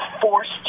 forced